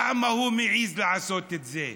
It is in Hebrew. למה הוא מעז לעשות את זה?